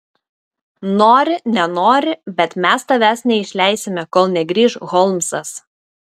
nori nenori bet mes tavęs neišleisime kol negrįš holmsas